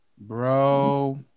bro